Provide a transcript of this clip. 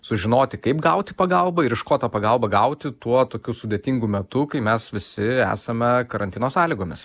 sužinoti kaip gauti pagalbą ir iš ko tą pagalbą gauti tuo tokiu sudėtingu metu kai mes visi esame karantino sąlygomis